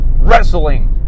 wrestling